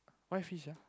why fish ah